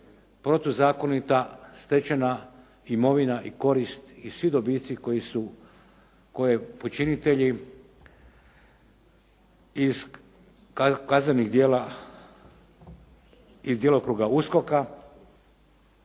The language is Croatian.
protuzakonita stečena imovina i korist i svi dobici koji su, koje počinitelji iz kaznenih djela iz djelokruga USKOK-a